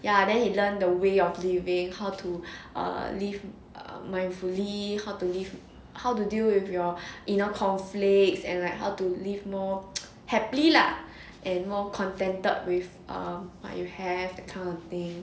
ya then he learnt the way of living how to err live err mindfully how to live how to deal with your inner conflicts and like how to live more happy lah and more contented with um what you have that kind of thing